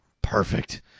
perfect